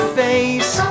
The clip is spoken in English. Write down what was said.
face